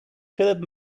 philip